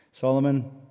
Solomon